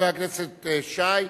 חבר הכנסת שי,